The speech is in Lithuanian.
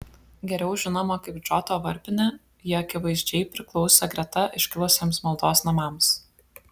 geriau žinoma kaip džoto varpinė ji akivaizdžiai priklausė greta iškilusiems maldos namams